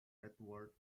edward